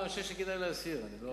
אני חושב שכדאי להסיר.